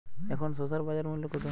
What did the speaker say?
এখন শসার বাজার মূল্য কত?